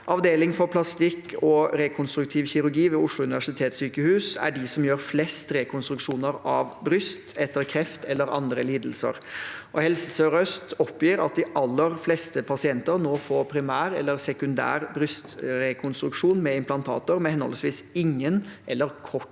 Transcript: Avdeling for plastikk- og rekonstruktiv kirurgi ved Oslo universitetssykehus er de som gjør flest rekonstruksjoner av bryst etter kreft eller andre lidelser. Helse sør-øst oppgir at de aller fleste pasienter nå får primær eller sekundær brystrekonstruksjon med implantater, med henholdsvis ingen eller kort